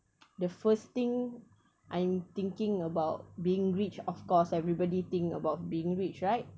the first thing I'm thinking about being rich of course everybody think about being rich right